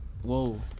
whoa